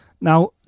Now